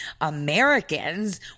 Americans